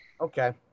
okay